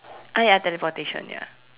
ah ya teleportation ya